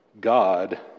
God